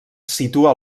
situa